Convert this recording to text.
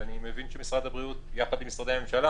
ואני מבין שמשרד הבריאות יחד עם משרדי הממשלה